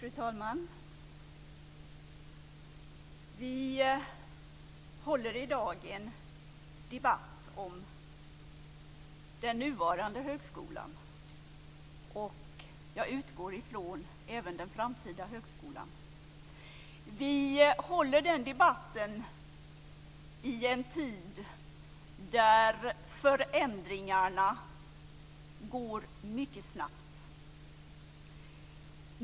Fru talman! Vi håller i dag en debatt om den nuvarande högskolan och, utgår jag från, även om den framtida högskolan. Vi håller debatten i en tid då förändringarna sker mycket snabbt.